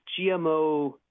GMO